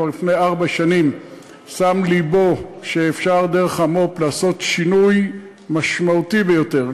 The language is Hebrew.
כבר לפני ארבע שנים שם לבו שאפשר דרך המו"פ לעשות שינוי משמעותי ביותר,